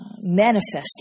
manifested